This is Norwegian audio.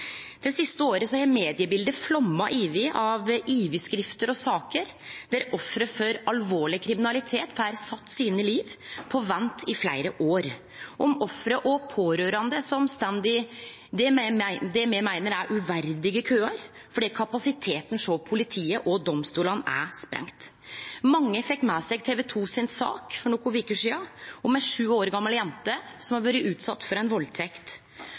Det siste året har mediebildet fløymd over av overskrifter og saker om offer for alvorleg kriminalitet som får livet sitt sett på vent i fleire år, og om offer og pårørande som står i det me meiner er uverdige køar, fordi kapasiteten hos politiet og domstolane er sprengd. Mange fekk med seg ei sak i TV 2 for nokre veker sidan om ei sju år gamal jente som hadde vore utsett for ei valdtekt.